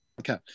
Okay